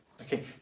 Okay